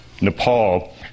Nepal